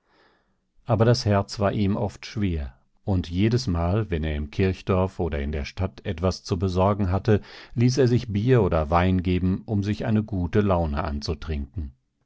aber das herz war ihm oft schwer und jedesmal wenn er im kirchdorf oder in der stadt etwas zu besorgen hatte ließ er sich bier oder wein geben um sich eine gute laune anzutrinken